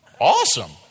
Awesome